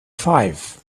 five